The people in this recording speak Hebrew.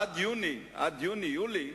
אני מדבר על לְמה